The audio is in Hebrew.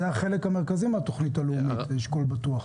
זה החלק המרכזי מהתוכנית הלאומית, אשכול בטוח.